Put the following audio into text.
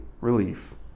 relief